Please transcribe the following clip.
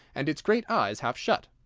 and its great eyes half shut.